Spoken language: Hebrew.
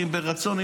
אם ברצון,